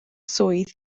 swydd